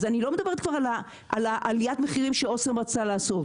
אז אני לא מדברת כבר על עליית המחירים שאוסם רצה לעשות,